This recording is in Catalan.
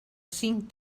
cinc